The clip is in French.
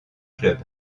club